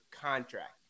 contract